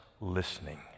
listening